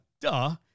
duh